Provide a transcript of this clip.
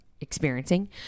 experiencing